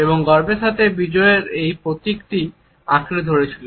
এবং গর্বের সাথে বিজয়ের এই প্রতীকটিকে আঁকড়ে ধরেছিল